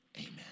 Amen